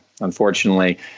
Unfortunately